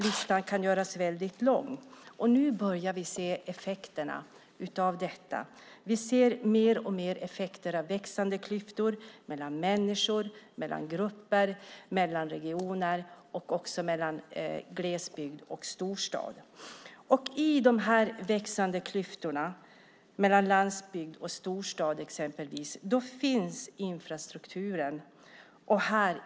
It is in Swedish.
Listan kan göras lång. Nu börjar vi se effekterna av detta. Vi ser alltmer växande klyftor mellan människor, mellan grupper, mellan regioner och mellan glesbygd och storstad. I de växande klyftorna, exempelvis mellan landsbygd och storstad, finns infrastrukturen.